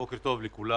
בוקר טוב לכולם.